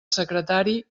secretari